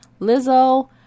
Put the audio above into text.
Lizzo